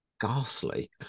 ghastly